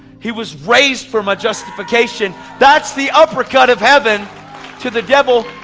he was raised from a justification, that's the uppercut of heaven to the devil.